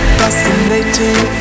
fascinating